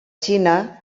xina